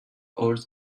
holds